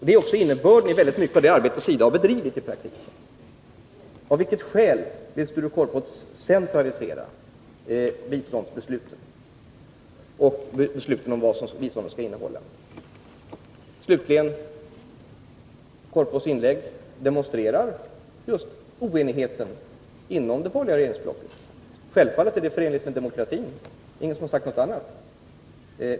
Det är också innebörden i mycket av det arbete SIDA har bedrivit i praktiken. Av vilket skäl vill alltså Sture Korpås centralisera biståndsbesluten och besluten om vad biståndet skall innehålla? Slutligen vill jag säga att Sture Korpås inlägg demonstrerar oenigheten inom det borgerliga regeringsblocket. Självfallet är det förenligt med demokratin — det är ingen som har sagt något annat.